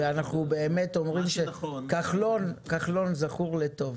כחלון זכור לטוב.